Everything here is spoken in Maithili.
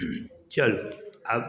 चलू आब